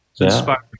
Inspiring